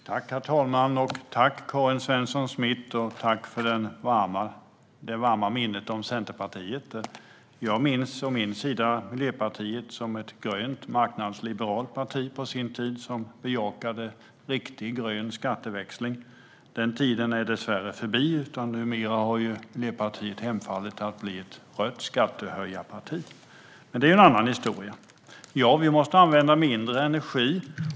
Herr talman! Jag tackar Karin Svensson Smith för detta och för det varma minnet av Centerpartiet. Jag minns å min sida Miljöpartiet som ett grönt marknadsliberalt parti på sin tid, som bejakade riktig grön skatteväxling. Den tiden är dessvärre förbi. Numera har Miljöpartiet hemfallit till att bli ett rött skattehöjarparti. Men det är en annan historia. Det är riktigt att vi måste använda mindre energi.